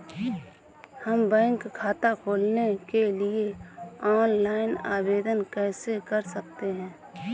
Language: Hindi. हम बैंक खाता खोलने के लिए ऑनलाइन आवेदन कैसे कर सकते हैं?